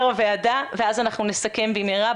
בקצרה ואז אנחנו נסכם במהרה.